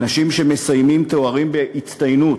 אנשים שמסיימים תארים בהצטיינות,